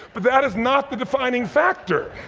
but that is not the defining factor.